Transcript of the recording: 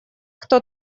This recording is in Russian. кто